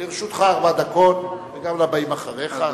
לרשותך ארבע דקות, וגם לבאים אחריך ארבע דקות.